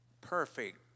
Perfect